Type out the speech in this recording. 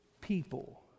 people